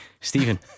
Stephen